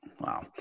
wow